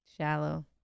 Shallow